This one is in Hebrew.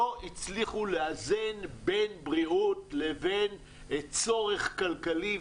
לא הצליחו לאזן בין בריאות לבין צורך כלכלי,